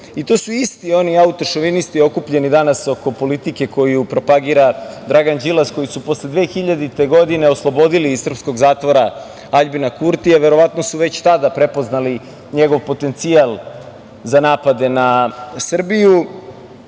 To su isti oni autošovinisti okupljeni danas oko politike koju propagira Dragan Đilas, a koji su posle 2000. godine oslobodili iz srpskog zatvora Aljbina Kurtija. Verovatno su već tada prepoznali njegov potencijal za napade na Srbiju,